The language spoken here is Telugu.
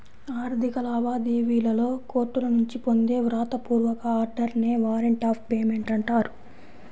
ఆర్థిక లావాదేవీలలో కోర్టుల నుంచి పొందే వ్రాత పూర్వక ఆర్డర్ నే వారెంట్ ఆఫ్ పేమెంట్ అంటారు